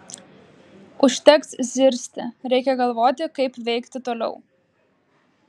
užteks zirzti reikia galvoti kaip veikti toliau